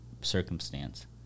circumstance